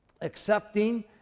accepting